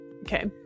Okay